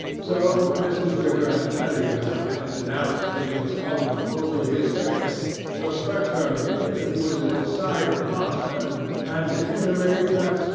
so, mrs. twigger had plenty of time to denounce nicholas tulrumble to his face to express her opinion that he was a decided monster and to intimate that,